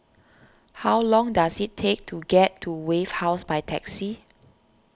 how long does it take to get to Wave House by taxi